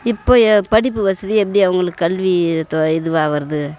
இப்ப படிப்பு வசதி எப்படி அவங்களுக்கு கல்வி இதுவாகிறது